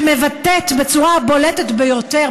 שמבטאת בצורה הבולטת ביותר,